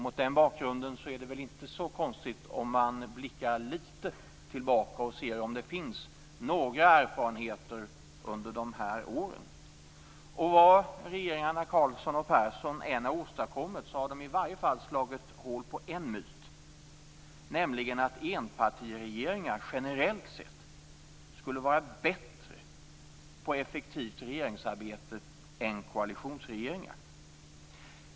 Mot den bakgrunden är det väl inte så konstigt om man blickar litet tillbaka och ser om det finns några erfarenheter under de här åren. Vad regeringarna Carlsson och Persson än har åstadkommit, har de i varje fall slagit hål på en myt, nämligen att enpartiregeringar generellt sett skulle vara bättre på effektivt regeringsarbete än koalitionsregeringar.